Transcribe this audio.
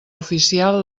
oficial